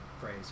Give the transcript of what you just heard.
phrase